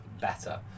better